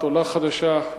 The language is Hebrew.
עולה חדשה,